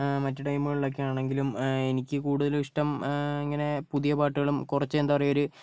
മറ്റ് ടൈമുകളിലൊക്കെ ആണെങ്കിലും എനിക്ക് കൂടുതലും ഇഷ്ട്ം ഇങ്ങനെ പുതിയ പാട്ടുകളും കുറച്ചെന്താ പറയുക ഒരു